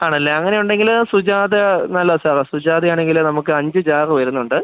ആണല്ലേ അങ്ങനെയുണ്ടെങ്കിൽ സുജാത നല്ലതാ സാറെ സുജാതയാണെങ്കിൽ നമുക്ക് അഞ്ച് ജാറ് വരുന്നുണ്ട്